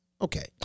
Okay